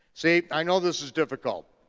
see, i know this is difficult.